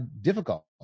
difficult